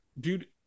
dude